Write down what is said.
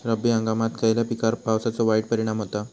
रब्बी हंगामात खयल्या पिकार पावसाचो वाईट परिणाम होता?